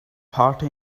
party